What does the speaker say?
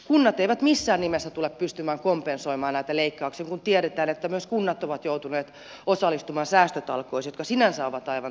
kunnat eivät missään nimessä tule pystymään kompensoimaan näitä leikkauksia kun tiedetään että myös kunnat ovat joutuneet osallistumaan säästötalkoisiin jotka sinänsä ovat aivan todelliset